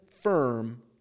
firm